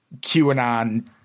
QAnon